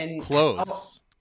clothes